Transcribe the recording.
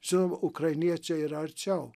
žinoma ukrainiečiai yra arčiau